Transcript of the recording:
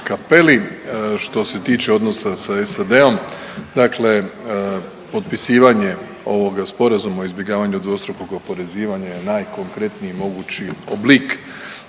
Što se tiče odnosa sa SAD-om, dakle potpisivanje ovoga sporazuma o izbjegavanju dvostrukog oporezivanja je najkonkretniji mogući oblik